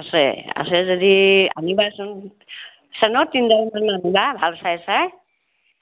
আছে আছে যদি আনিবাচোন চেইনো তিনিডালমান আনিবা হা ভাল চাই চাই